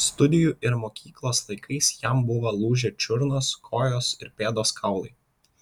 studijų ir mokyklos laikais jam buvo lūžę čiurnos kojos ir pėdos kaulai